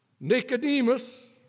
Nicodemus